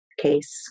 case